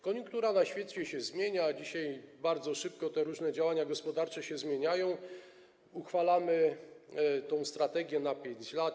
Koniunktura na świecie się zmienia, dzisiaj bardzo szybko te różne działania gospodarcze się zmieniają, a uchwalamy tę strategię na 5 lat.